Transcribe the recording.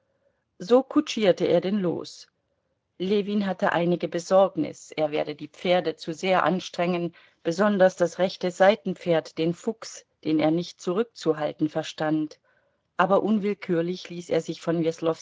so kutschierte er denn los ljewin hatte einige besorgnis er werde die pferde zu sehr anstrengen besonders das rechte seitenpferd den fuchs den er nicht zurückzuhalten verstand aber unwillkürlich ließ er sich von